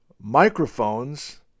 microphones